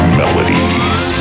melodies